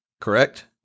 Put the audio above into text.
correct